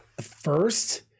first